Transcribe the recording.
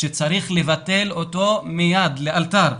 שצריך לבטל אותו מייד, לאלתר.